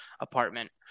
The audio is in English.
apartment